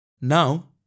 Now